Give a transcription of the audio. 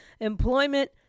Employment